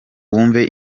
wumve